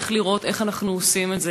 צריך לראות איך אנחנו עושים את זה.